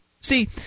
See